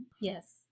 Yes